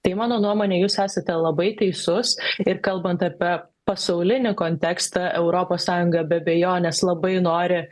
tai mano nuomone jūs esate labai teisus ir kalbant apie pasaulinį kontekstą europos sąjunga be abejonės labai nori